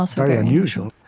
so very unusual,